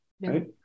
Right